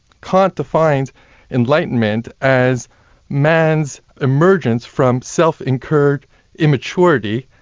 kant defines enlightenment as man's emergence from self-incurred immaturity,